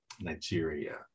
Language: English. Nigeria